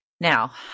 Now